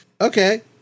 Okay